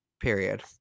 Period